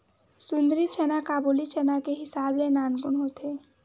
सुंदरी चना काबुली चना के हिसाब ले नानकुन होथे